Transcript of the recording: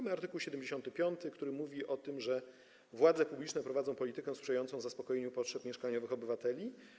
Jest art. 75, który mówi o tym, że władze publiczne prowadzą politykę sprzyjającą zaspokojeniu potrzeb mieszkaniowych obywateli.